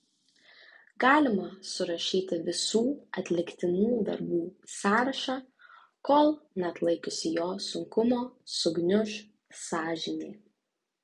galima surašyti visų atliktinų darbų sąrašą kol neatlaikiusi jo sunkumo sugniuš sąžinė